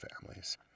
families